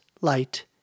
light